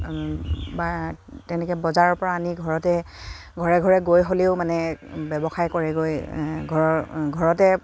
বা তেনেকে বজাৰৰ পৰা আনি ঘৰতে ঘৰে ঘৰে গৈ হ'লেও মানে ব্যৱসায় কৰে গৈ ঘৰৰ ঘৰতে